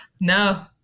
No